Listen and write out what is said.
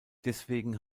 deswegen